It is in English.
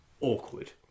awkward